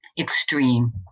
extreme